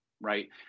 right